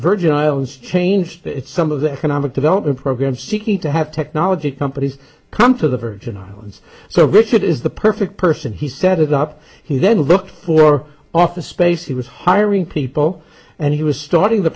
islands changed its some of the economic development program seeking to have technology companies come to the virgin islands so richard is the perfect person he set it up he then looked for office space it was hiring people and he was starting t